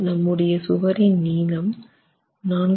நம்முடைய சுவரின் நீளம் 4